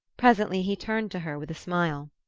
presently he turned to her with a smile.